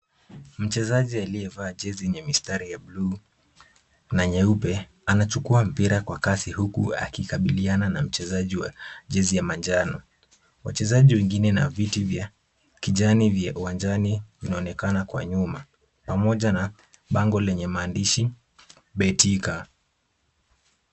Mchezaji aliyevaa jezi yenye mistari ya bluu na nyeupe anachukua mpira kwa kasi huku akikabiliana na mchezaji wa jezi ya manjano. Wachezaji wengine na viti vya kijani vya uwanjani vinaonekana kwa nyuma, pamoja na bango lenye maandishi, Betika.